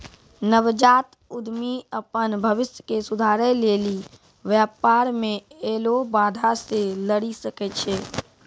नवजात उद्यमि अपन भविष्य के सुधारै लेली व्यापार मे ऐलो बाधा से लरी सकै छै